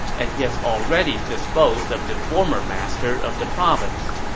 and he has already disposed of the former master of the province.